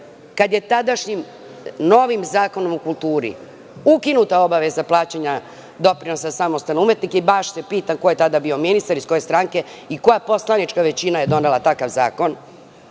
kad je tadašnjim Zakonom o kulturi ukinuta obaveza plaćanja doprinosa samostalnom umetniku i baš se pitam ko je tada bio ministar iz koje stranke i koja poslanička većina je donela takav zakon.